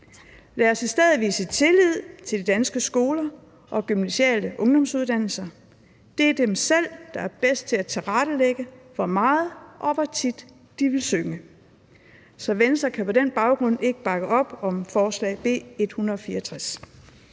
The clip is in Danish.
Lad os i stedet vise tillid til de danske skoler og gymnasiale ungdomsuddannelser. Det er dem selv, der er bedst til at tilrettelægge, hvor meget og hvor tit de vil synge. Så Venstre kan på den baggrund ikke bakke op om forslag B 164.